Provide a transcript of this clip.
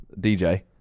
DJ